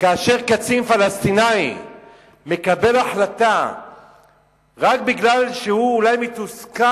שכאשר קצין פלסטיני מקבל החלטה רק כי הוא אולי מתוסכל